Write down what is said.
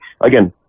again